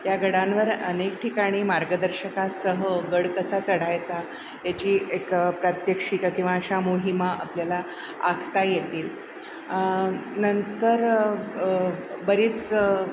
या गडांवर अनेक ठिकाणी मार्गदर्शकासह गड कसा चढायचा याची एक प्रात्यक्षिकं किंवा अशा मोहिमा आपल्याला आखता येतील नंतर बरीच